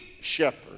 shepherd